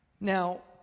Now